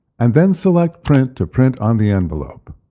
and then select print to print on the envelope.